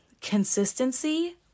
consistency